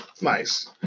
Nice